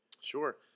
Sure